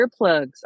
earplugs